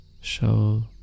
show